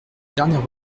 dernière